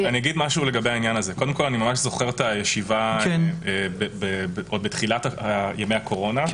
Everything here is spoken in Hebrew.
אני ממש זוכר את הישיבה פה בתחילת ימי הקורונה,